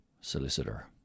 Solicitor